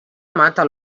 mata